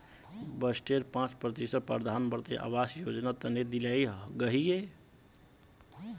बजटेर पांच प्रतिशत प्रधानमंत्री आवास योजनार तने दियाल गहिये